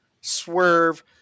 Swerve